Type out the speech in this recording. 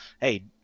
hey